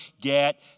get